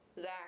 Zach